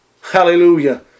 Hallelujah